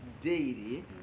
daily